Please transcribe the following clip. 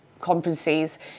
conferences